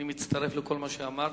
אני מצטרף לכל מה שאמרת,